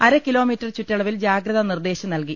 അരക്കിലോമീറ്റർ ചുറ്റളവിൽ ജാഗ്രതാ നിർദ്ദേശം നൽകി